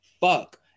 fuck